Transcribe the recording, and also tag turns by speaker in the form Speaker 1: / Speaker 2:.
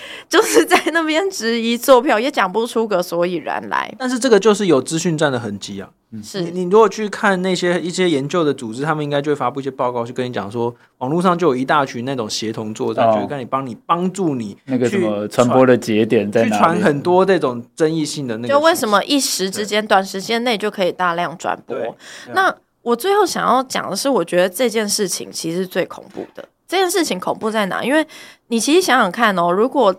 Speaker 1: 就是在那边质疑作票，也讲不出个所以然来。
Speaker 2: 但是这个就是有资讯战的痕迹啊。
Speaker 3: 嗯。
Speaker 1: 是。
Speaker 2: 你- 你如果去看那些- 一些研究的组织，他们应该就会发布一些报告，去跟你讲说，网络上就有一大群那种协同作战，
Speaker 3: 哦。
Speaker 2: 就跟你帮你- 帮助你
Speaker 3: 那个什
Speaker 2: 去
Speaker 3: 么传
Speaker 2: 传-
Speaker 3: 播的节点在
Speaker 2: 去
Speaker 3: 哪
Speaker 2: 传
Speaker 3: 里？
Speaker 2: 很多这种争议性的那个
Speaker 1: 就为什
Speaker 2: 信息。
Speaker 1: 么一时之
Speaker 2: 对。
Speaker 1: 间，短时间内就可以大量转播。
Speaker 2: 对，
Speaker 1: 那
Speaker 2: 这样。
Speaker 1: 我最后想要讲的是，我觉得这件事情其实最恐怖的。这件事情恐怖在哪？因为你其实想想看哦，如果